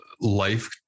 life